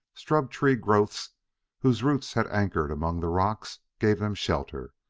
scrub tree growths whose roots had anchored among the rocks gave them shelter,